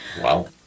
Wow